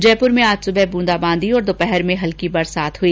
जयपुर में आज सुबह बूंदाबांदी और दोपहर में हल्की बरसात हुई